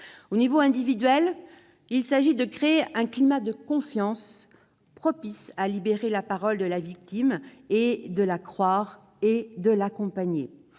Au niveau individuel, il s'agit de créer un climat de confiance propice à la libération de la parole de la victime, de croire celle-ci et de l'accompagner.